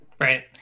Right